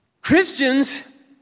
Christians